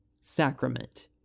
sacrament